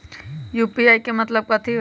UPI के मतलब कथी होई?